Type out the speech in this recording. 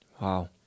Wow